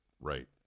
Right